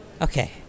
Okay